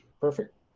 Perfect